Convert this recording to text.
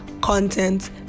content